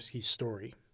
story